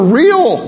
real